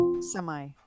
semi